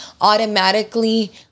automatically